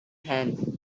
hand